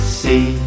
see